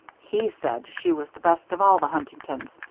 he said she was the best of all the huntingtons,